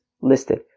listed